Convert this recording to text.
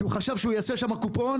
כי הוא חשב שהוא יעשה שם קופון,